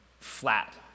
flat